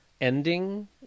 ending